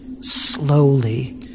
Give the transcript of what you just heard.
slowly